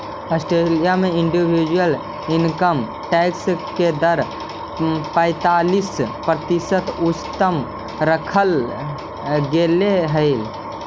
Australia में individual income tax के दर पैंतालीस प्रतिशत उच्चतम रखल गेले हई